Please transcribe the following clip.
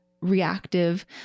reactive